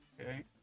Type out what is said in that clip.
Okay